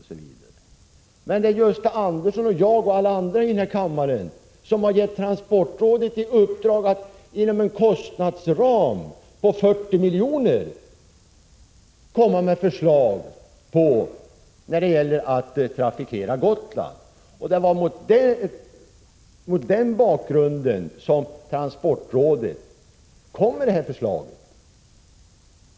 Däremot är det Gösta Andersson och jag och alla andra i den här kammaren som har gett transportrådet i uppdrag att inom en kostnadsram på 40 milj.kr. framlägga förslag när det gäller att trafikera Gotland. Det var mot den bakgrunden som transportrådet föreslog den här lösningen.